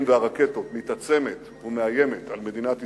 והרקטות מתעצמת ומאיימת על מדינת ישראל,